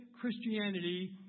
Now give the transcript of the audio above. Christianity